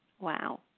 Wow